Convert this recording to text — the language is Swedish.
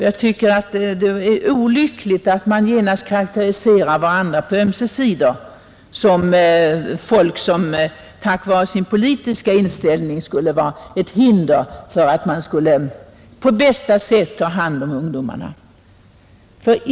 Det är olyckligt att man genast karakteriserar varandra, på ömse sidor, som folk som på grund av sin politiska inställning skulle vilja lägga hinder i vägen för att man på bästa sätt skulle kunna ta hand om ungdomarna.